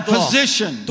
position